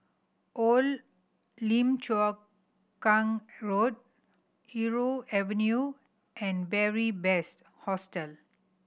Old Lim Chu Kang Road Irau Avenue and Beary Best Hostel